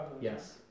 Yes